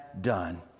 done